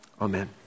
Amen